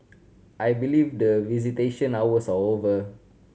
I believe the visitation hours are over